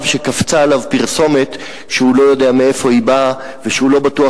שקפצה עליו פרסומת שהוא לא יודע מאיפה היא באה ושהוא לא בטוח